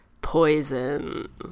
poison